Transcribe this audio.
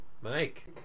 Mike